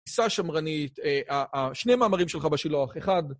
תפיסה שמרנית, שני מאמרים שלך בשילוח, אחד.